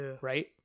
Right